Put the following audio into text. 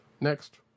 next